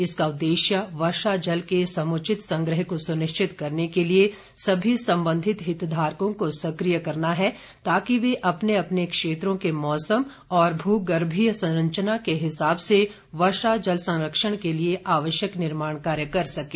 इसका उद्देश्य वर्षाजल के समुचित संग्रह को सुनिश्चित करने के लिए सभी सम्बंधित हितधारकों को सक्रिय करना है ताकि वे अपने अपने क्षेत्रों के मौसम और भूगर्भीय संरचना के हिसाब से वर्षा जल संरक्षण के लिए आवश्यक निर्माण कार्य कर सकें